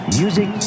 music